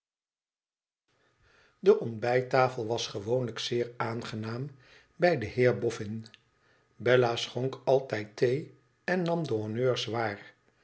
de ontbijttafel was gewoonlijk zeer aangenaam bij den heer boffin bella schonk altijd thee en nam de honneurs waar